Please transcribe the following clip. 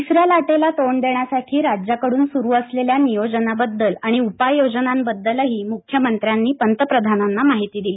तिसऱ्या लाटेला तोंड देण्यासाठी राज्याकडून स्रु असलेल्या नियोजनाबद्दल आणि उपाययोजनाबद्दलही म्ख्यमंत्र्यांनी पंतप्रधानांना माहिती दिली